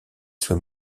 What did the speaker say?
soit